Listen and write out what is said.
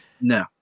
No